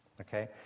Okay